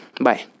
Bye